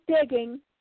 digging